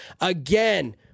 Again